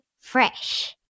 Fresh